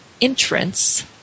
entrance